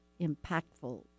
impactful